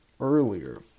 earlier